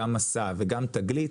גם מסע וגם תגלית,